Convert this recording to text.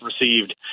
received